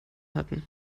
hatten